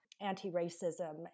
anti-racism